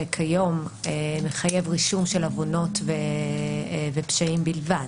שכיום מחייב רישום של עוונות ופשעים בלבד.